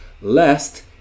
Lest